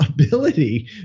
ability